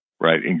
right